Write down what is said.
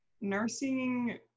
nursing